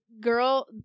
girl